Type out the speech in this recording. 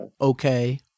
okay